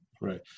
Right